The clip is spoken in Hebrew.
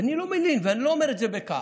ואני לא מלין ואני לא אומר את זה בכעס.